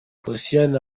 posiyani